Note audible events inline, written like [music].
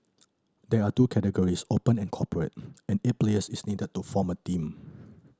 there are two categories Open and Corporate [noise] and eight players is needed to form a team [noise]